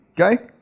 okay